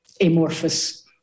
amorphous